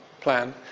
plan